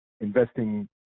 investing